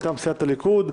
מטעם סיעת הליכוד.